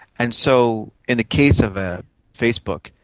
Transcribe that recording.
and so in the case of ah facebook,